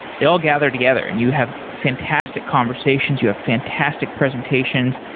they all gather together and you have fantastic conversations, you have fantastic presentations.